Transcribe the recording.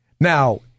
Now